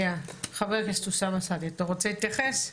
חבר הכנסת אוסאמה סעדי, אתה רוצה להתייחס?